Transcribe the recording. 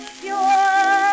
sure